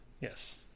yes